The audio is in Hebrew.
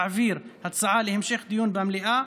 להעביר הצעה להמשך דיון במליאה,